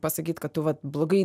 pasakyti kad tu vat blogai